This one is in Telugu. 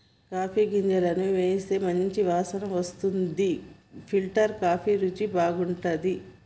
కాఫీ గింజలను వేయిస్తే మంచి వాసన వస్తుంది ఫిల్టర్ కాఫీ రుచి బాగుంటది